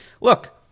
look